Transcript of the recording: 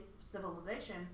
Civilization